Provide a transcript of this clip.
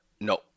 no